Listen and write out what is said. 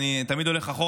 אני תמיד הולך אחורה,